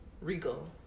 Regal